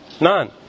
none